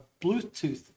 Bluetooth